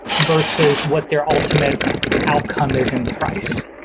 versus what their ultimate outcome is in price.